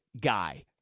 guy